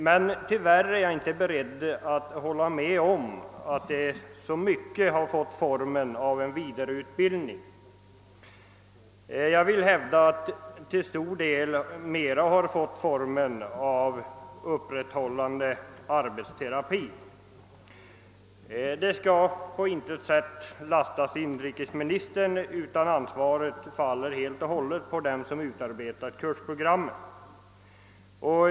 Men tyvärr är jag inte beredd att hålla med om att den så mycket har fått formen av en vidareutbildning; jag vill hävda att den mera har blivit en uppehållande arbetsterapi. Detta skall på intet sätt lastas inrikesministern, utan ansvaret faller helt och hållet på dem som utarbetat kursprogrammen.